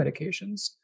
medications